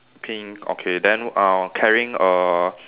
pink okay then uh carrying err